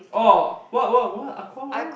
orh what what what aqua what